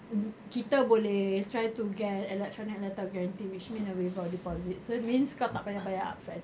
kita boleh try to get electronic letter of guarantee which mean that without deposit so means kau tak payah bayar upfront